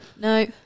No